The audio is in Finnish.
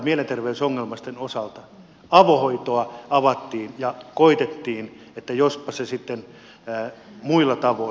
mielenterveysongelmaisten osalta avohoitoa avattiin ja koetettiin että jospa se sitten muulla tavoin